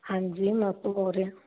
ਹਾਂਜੀ ਮੈਂ ਉੱਥੋਂ ਬੋਲ ਰਿਹਾਂ